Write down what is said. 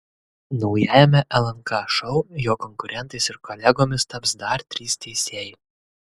naujajame lnk šou jo konkurentais ir kolegomis taps dar trys teisėjai